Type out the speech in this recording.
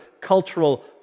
Cultural